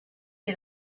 que